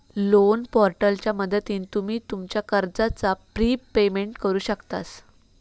loan पोर्टलच्या मदतीन तुम्ही तुमच्या कर्जाचा प्रिपेमेंट करु शकतास